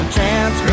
chance